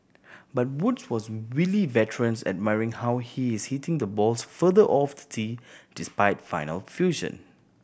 but Woods was wily veterans admiring how he is hitting the balls further off the tee despite final fusion